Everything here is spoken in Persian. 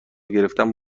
گرفتن